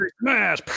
smash